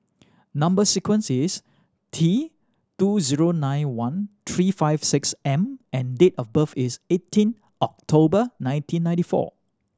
number sequence is T two zero nine one three five six M and date of birth is eighteen October nineteen ninety four